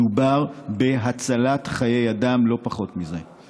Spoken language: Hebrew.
מדובר בהצלת חיי אדם, לא פחות מזה.